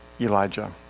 Elijah